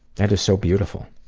that is so beautiful.